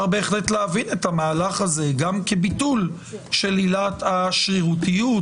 בהחלט להבין את המהלך הזה גם כביטול של עילת השרירותיות,